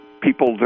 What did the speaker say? people